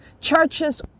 Churches